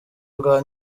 rwa